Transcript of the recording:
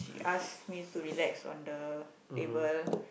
she ask me to relax on the table